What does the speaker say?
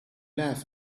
laugh